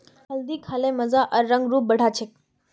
हल्दी खा ल मजा आर रंग रूप बढ़ा छेक